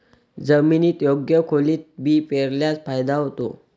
जमिनीत योग्य खोलीत बी पेरल्यास फायदा होतो